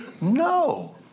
No